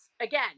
again